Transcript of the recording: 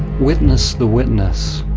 witness the witness,